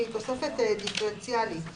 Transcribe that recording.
שהיא תוספת דיפרנציאלית,